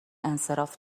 انصراف